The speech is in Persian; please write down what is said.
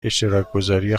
اشتراکگذاری